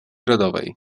rodowej